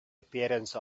appearance